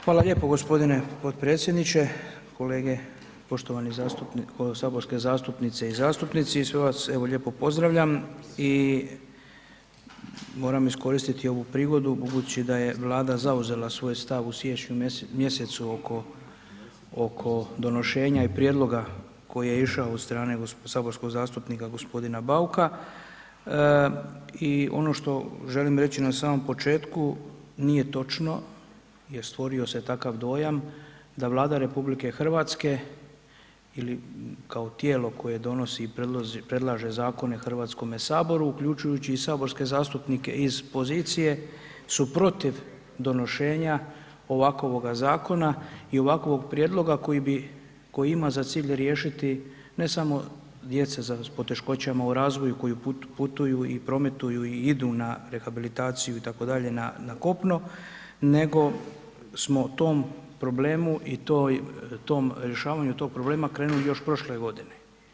Hvala lijepo g. potpredsjedniče, kolege, poštovani saborski zastupnice i zastupnici, sve vas evo lijepo pozdravljam i moram iskoristiti ovu prigodu budući da je Vlada zauzela svoj stav u siječnju mjesecu oko donošenja i prijedloga koje je išao od strane saborskog zastupnika g. Bauka i ono što želim reći na samom početku, nije točno jer stvorio se takav dojam da Vlada RH ili kao tijelo koje donosi i predlaže zakone Hrvatskome saboru, uključujući i saborske zastupnike iz pozicije su protiv donošenja ovakvoga zakona i ovakvog prijedloga koji ima za cilj riješiti ne samo djece s poteškoćama u razvoju koja putuju i prometuju i idu na rehabilitaciju itd. na kopno nego smo tom problemu i rješavanju tog problema krenuli još prošle godine.